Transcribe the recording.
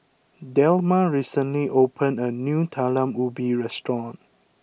Delma recently opened a new Talam Ubi restaurant